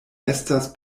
estas